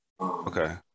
Okay